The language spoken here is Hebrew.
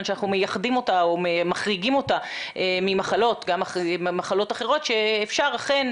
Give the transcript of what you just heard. שאנחנו מייחדים אותה או מחריגים אותה ממחלות אחרות שאפשר אכן